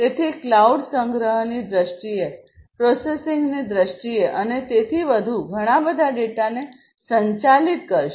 તેથી ક્લાઉડ સંગ્રહની દ્રષ્ટિએ પ્રોસેસિંગની દ્રષ્ટિએ અને તેથી વધુ ઘણા બધા ડેટાને સંચાલિત કરશે